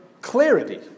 clarity